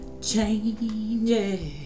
changes